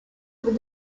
with